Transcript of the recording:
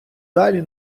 далі